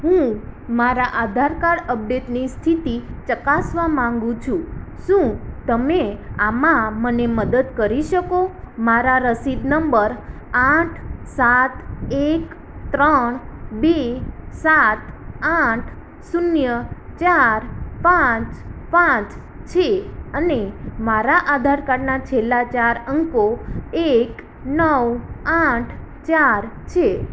હું મારા આધાર કાર્ડ અપડેટની સ્થિતિ ચકાસવા માંગુ છું શું તમે આમાં મને મદદ કરી શકો મારા રસીદ નંબર આઠ સાત એક ત્રણ બે સાત આઠ શૂન્ય ચાર પાંચ પાંચ છે અને મારા આધાર કાર્ડના છેલ્લા ચાર અંકો એક નવ આઠ ચાર છે